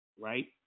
right